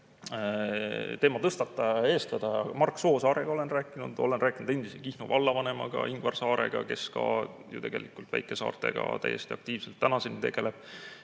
teema tõstataja ja eestvedaja Mark Soosaarega, olen rääkinud endise Kihnu vallavanema Ingvar Saarega, kes ka ju tegelikult väikesaartega täiesti aktiivselt tänaseni tegeleb.